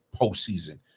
postseason